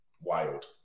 Wild